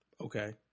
Okay